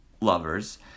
lovers